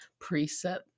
Preset